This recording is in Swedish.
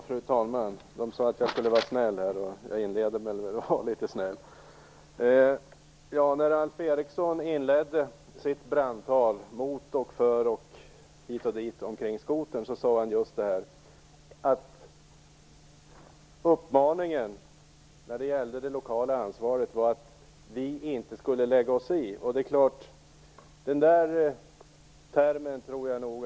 Fru talman! Jag tänkte inleda med att vara litet snäll. Alf Eriksson inledde sitt brandtal med uppmaningen att vi inte skulle lägga oss i när det gäller det lokala ansvaret. Jag tycker att Alf Eriksson borde utveckla den uppmaningen.